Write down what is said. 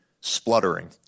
spluttering